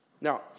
Now